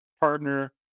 partner